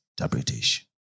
interpretation